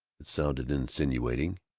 it sounded insinuating.